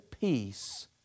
peace